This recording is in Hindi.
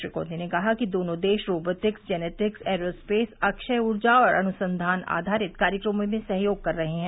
श्री कोंते ने कहा कि दोनों देश रोबोटिक्स जेनेटिक्स एरोस्पेस अक्षय ऊर्जा और अनुसंघान आधारित कार्यक्रमों में सहयोग कर रहे हैं